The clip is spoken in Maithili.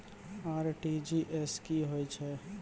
आर.टी.जी.एस की होय छै?